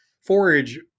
Forage